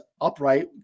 upright